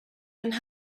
and